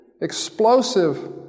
explosive